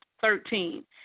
Thirteen